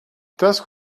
dusk